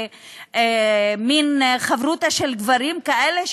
ומין חברותא של גברים כאלה,